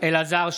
אלעזר שטרן,